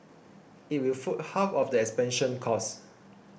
it will foot half of the expansion costs